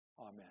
Amen